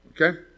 Okay